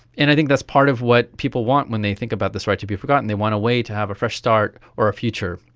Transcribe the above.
and i think that's part of what people want when they think about this right to be forgotten, they want a way to have a fresh start or a future.